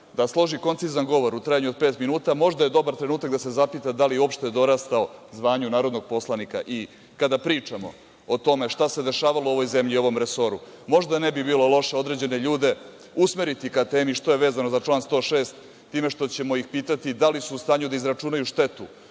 da složi koncizan govor u trajanju od pet minuta, možda je dobar trenutak da se zapita da li je uopšte dorastao zvanju narodnog poslanika. Kada pričamo o tome šta se dešavalo u ovom zemlji i u ovom resoru, možda ne bi bilo loše određene ljude usmeriti ka temi, što je vezano za član 106, time što ćemo ih pitati – da li su u stanju da izračunaju štetu